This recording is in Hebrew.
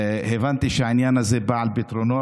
בא על פתרונו,